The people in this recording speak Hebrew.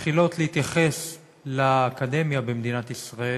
שמתחילות להתייחס לאקדמיה במדינת ישראל